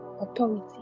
authority